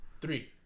Three